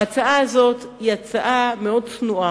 ההצעה הזאת היא הצעה מאוד צנועה,